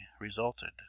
resulted